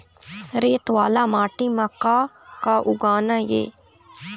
रेत वाला माटी म का का उगाना ये?